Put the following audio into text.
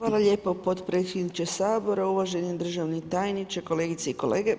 Hvala lijepo potpredsjedniče Sabora, uvaženi državni tajniče, kolegice i kolege.